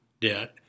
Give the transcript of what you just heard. debt